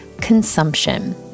consumption